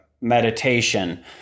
meditation